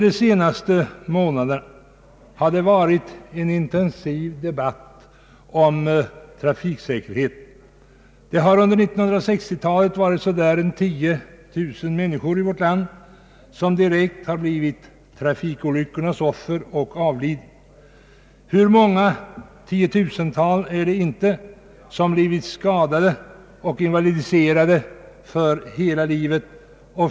De senaste månaderna har det pågått en intensiv debatt om trafiksäkerhet. Under 1960-talet har ungefär 10 000 människor i vårt land direkt blivit trafikolyckornas offer och avlidit. Hur många tiotusental är det inte som blivit skadade och invalidiserade för hela livet?